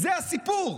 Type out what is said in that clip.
זה הסיפור.